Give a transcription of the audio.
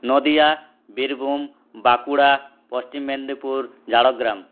Nadia Birbhum Bankura Paschim Medinipur Jhargram